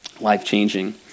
life-changing